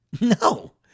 No